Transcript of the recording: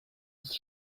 ist